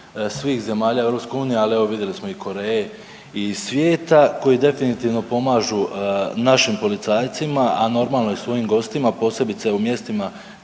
svih zemalja EU, ali evo vidjeli smo i Koreje i svijeta koji definitivno pomažu našim policajcima, a normalno i svojim gostima, posebice u mjestima